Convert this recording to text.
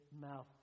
mouth